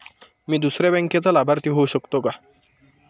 मी दुसऱ्या बँकेचा लाभार्थी होऊ शकतो का?